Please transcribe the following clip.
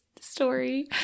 story